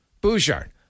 Bouchard